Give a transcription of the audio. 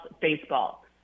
Baseball